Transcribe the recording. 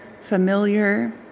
familiar